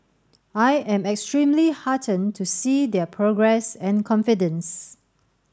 I am extremely heartened to see their progress and confidence